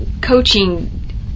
coaching